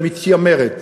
שמתיימרת